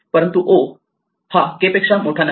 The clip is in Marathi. परंतु O हा K पेक्षा मोठा आहे